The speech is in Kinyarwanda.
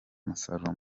umusaruro